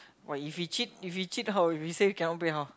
!wah! if we cheat if we cheat how we say cannot pay how